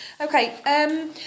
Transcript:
Okay